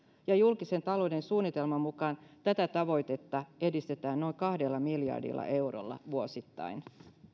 ja julkisen talouden suunnitelman mukaan tätä tavoitetta edistetään noin kahdella miljardilla eurolla vuosittain